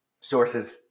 sources